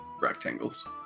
rectangles